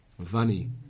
Vani